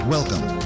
Welcome